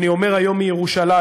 אני אומר היום מירושלים: